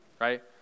right